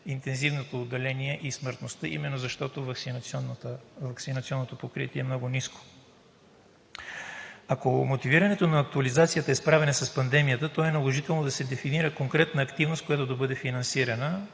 интензивното отделение и смъртността, именно защото ваксинационното покритие е много ниско. Ако мотивирането на актуализацията е справяне с пандемията, то е наложително да се дефинира конкретна активност, която да бъде финансирана